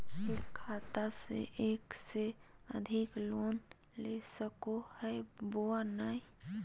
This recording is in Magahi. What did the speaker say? एक खाता से एक से अधिक लोन ले सको हियय बोया नय?